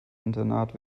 internat